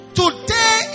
today